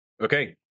Okay